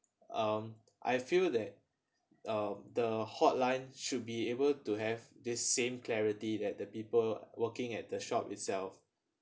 um I feel that uh the hotline should be able to have this same clarity that the people working at the shop itself